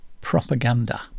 Propaganda